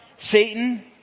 Satan